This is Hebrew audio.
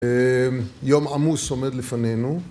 יום עמוס עומד לפנינו